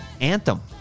anthem